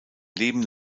leben